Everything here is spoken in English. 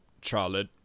Charlotte